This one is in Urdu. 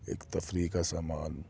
ایک تفریح کا سامان